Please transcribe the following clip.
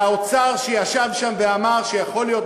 והאוצר שישב שם ואמר שיכול להיות,